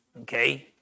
Okay